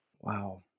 Wow